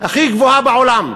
הכי גבוהה בעולם,